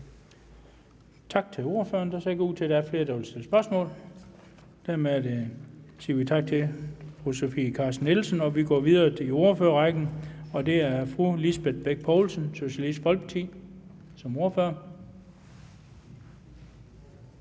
Tak til ordføreren. Det ser ikke ud til, at der er flere, der vil stille spørgsmål. Dermed siger vi tak til fru Sofie Carsten Nielsen, og vi går videre i ordførerrækken, og det er fru Lisbeth Bech Poulsen, Socialistisk Folkeparti, som ordfører.